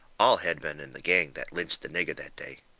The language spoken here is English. all had been in the gang that lynched the nigger that day.